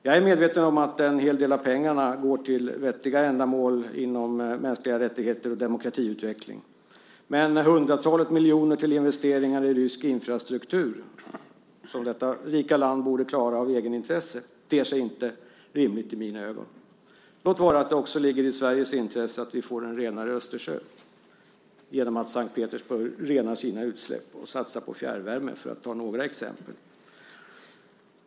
Jag är medveten om att en hel del av pengarna går till vettiga ändamål inom mänskliga rättigheter och demokratiutveckling. Men hundratalet miljoner till investeringar i rysk infrastruktur, som detta rika land borde klara av egenintresse, ter sig inte rimligt i mina ögon. Låt vara att det också ligger i Sveriges intresse att vi får en renare Östersjö genom att Sankt Petersburg renar sina utsläpp och satsar på fjärrvärme, för att ta några exempel.